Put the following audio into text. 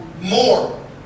More